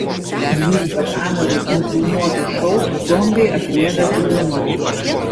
dvylika kamerų nufilmuotą šou zombiai atrieda atidunda